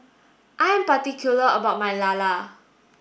I am particular about my Lala